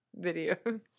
videos